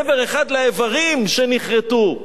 קבר אחד לאיברים שנכרתו.